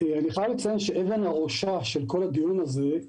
אני חייב לציין שאבן הראשה של כל הדיון הזה היא